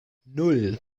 nan